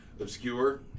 obscure